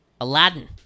Aladdin